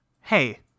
hey